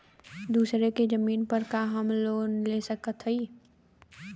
दूसरे के जमीन पर का हम लोन ले सकत हई?